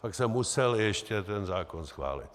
Pak se musel ještě ten zákon schválit.